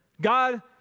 God